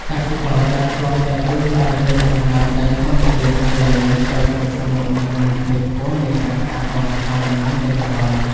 កសិករដែលធ្លាប់តែពឹងផ្អែកលើសំណើមដីធម្មជាតិ ឥឡូវនេះត្រូវប្រឈមមុខនឹងហានិភ័យខ្ពស់នៃការខាតបង់ផលដំណាំទាំងស្រុង។